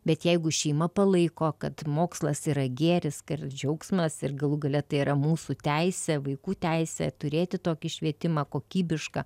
bet jeigu šeima palaiko kad mokslas yra gėris džiaugsmas ir galų gale tai yra mūsų teisė vaikų teisė turėti tokį švietimą kokybišką